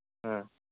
ꯑ